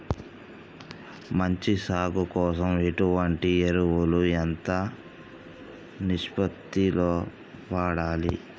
మంచి సాగు కోసం ఎటువంటి ఎరువులు ఎంత నిష్పత్తి లో వాడాలి?